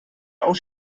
aus